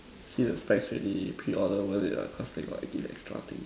see the spec already preorder worth it what cause they got give extra things